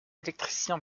électricien